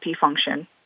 function